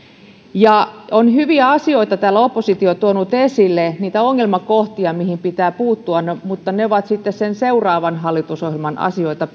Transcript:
on hyviä asioita täällä oppositio tuonut esille niitä ongelmakohtia mihin pitää puuttua mutta ne ovat sitten pitkälti seuraavan hallitusohjelman asioita